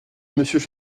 monsieur